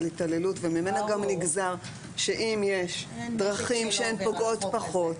התעללות וממנה גם נגזר שאם יש דרכים שהן פוגעות פחות,